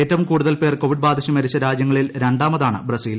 ഏറ്റവും കൂടുതൽ പേർ കോവിഡ് ബാധിച്ച് മരിച്ച രാജ്യങ്ങളിൽ രണ്ടാമതാണ് ബ്രസീൽ